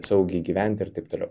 saugiai gyventi ir taip toliau